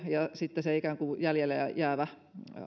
ja sitten se ikään kuin jäljelle jäävä